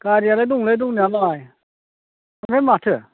गारियालाय दङलै दंनायालाय ओमफ्राय माथो